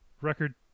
Record